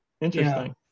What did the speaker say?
Interesting